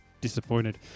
disappointed